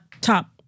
top